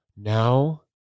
Now